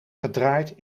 gedraaid